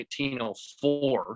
1904